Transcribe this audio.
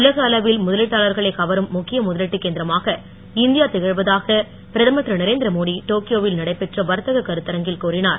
உலக அளவில் முதலீட்டாளர்களைக் கவரும் முக்கிய முதலீட்டுக் கேந்திரமாக இந்தியா திகழ்வதாக பிரதமர் திரு நரேந்திர மோடி டோக்கியோ வில் நடைபெற்ற வர்த்தக கருத்தரங்கில் கூறினார்